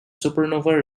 supernova